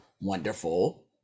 wonderful